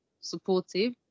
supportive